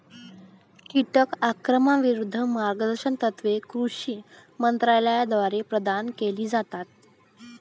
कीटक आक्रमणाविरूद्ध मार्गदर्शक तत्त्वे कृषी मंत्रालयाद्वारे प्रदान केली जातात